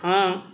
ہاں